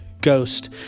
ghost